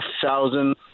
thousand